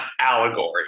allegory